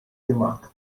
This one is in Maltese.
ġimgħat